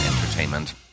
entertainment